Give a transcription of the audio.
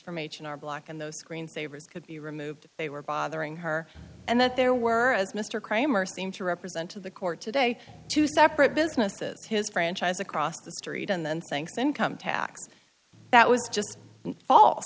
from h and r block and those screen savers could be removed if they were bothering her and that there were as mr cramer seemed to represent to the court today two separate businesses his franchise across the street and then thanks income tax that was just fal